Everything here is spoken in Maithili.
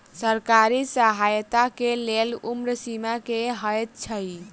सरकारी सहायता केँ लेल उम्र सीमा की हएत छई?